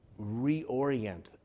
reorient